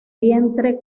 vientre